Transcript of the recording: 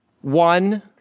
One